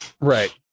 Right